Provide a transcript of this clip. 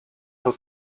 how